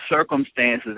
Circumstances